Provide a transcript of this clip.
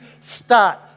start